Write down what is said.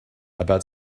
about